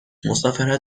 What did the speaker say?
مسافرت